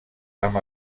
amb